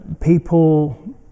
people